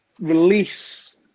release